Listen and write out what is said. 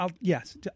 Yes